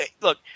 Look